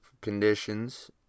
conditions